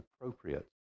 appropriate